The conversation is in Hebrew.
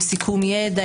עם סיכום ידע,